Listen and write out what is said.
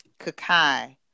Kakai